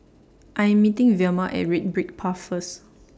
I Am meeting Vilma At Red Brick Path First